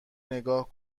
نگاه